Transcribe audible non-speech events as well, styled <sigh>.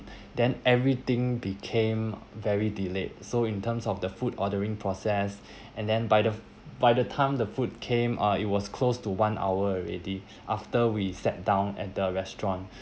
<breath> then everything became very delayed so in terms of the food ordering process <breath> and then by the by the time the food came uh it was close to one hour already after we sat down at the restaurant